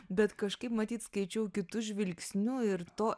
bet kažkaip matyt skaičiau kitu žvilgsniu ir to